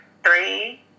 three